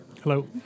Hello